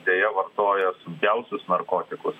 deja vartojo stipriausius narkotikus